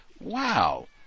wow